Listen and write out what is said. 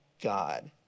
God